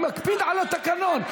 אני מקפיד על התקנון.